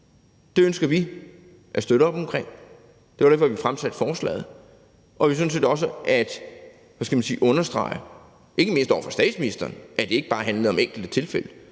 Vi ønsker at støtte op om dem, og det var derfor, vi fremsatte forslaget, og vi ønskede sådan set også at understrege – ikke mindst over for statsministeren – at det ikke bare handlede om enkelte tilfælde,